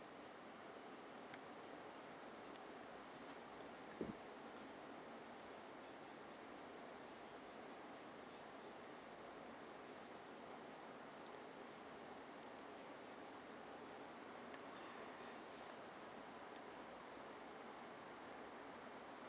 tteokbokki